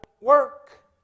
work